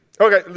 Okay